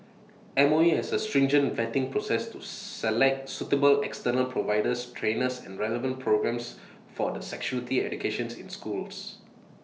M O E has A stringent vetting process to select suitable external providers trainers and relevant programmes for the sexuality educations in schools